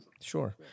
Sure